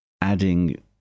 adding